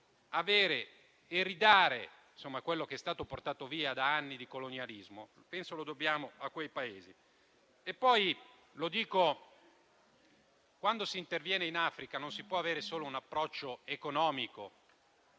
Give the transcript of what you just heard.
e ridare loro quello che è stato portato via da anni di colonialismo. Penso che lo dobbiamo a quei Paesi. Dico poi che, quando si interviene in Africa, non si può avere solo un approccio economico,